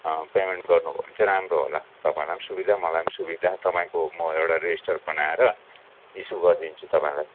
payment गर्नुभयो भने चाहिँ राम्रो होला तपाईँलाई पनि सुविधा मलाई पनि सुविधा तपाईँको म एउटा रेजिस्टर बनाएर इस्यु गरिदिन्छु तपाईँलाई